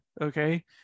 okay